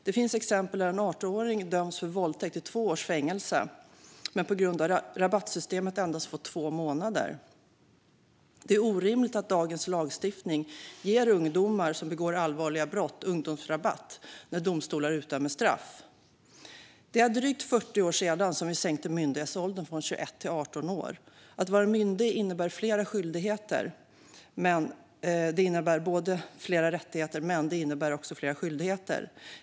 Det finns exempel där en 18-åring dömts för våldtäkt till två års fängelse, men på grund av rabattsystemet endast fått två månader. Det är orimligt att dagens lagstiftning ger ungdomar som begår allvarliga brott ungdomsrabatt när domstolar utdömer straff. Det är drygt 40 år sedan vi sänkte myndighetsåldern från 21 till 18 år. Att vara myndig innebär flera rättigheter men också flera skyldigheter.